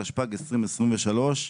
התשפ"ג-2023.